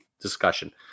discussion